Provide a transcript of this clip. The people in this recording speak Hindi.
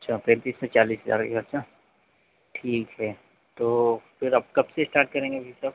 अच्छा पैंतीस से चालीस हज़ार का खर्चा ठीक है तो फ़िर अब कबसे इस्टार्ट करेंगे भइ सब